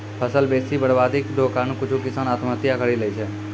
फसल बेसी बरवादी रो कारण कुछु किसान आत्महत्या करि लैय छै